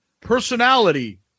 personality